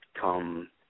come